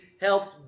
helped